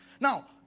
Now